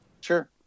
sure